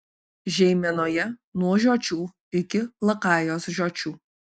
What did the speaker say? žeimenoje nuo žiočių iki lakajos žiočių